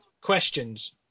questions